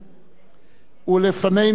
ולפנינו שתי הצעות אי-אמון,